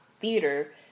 theater